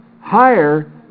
higher